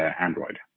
Android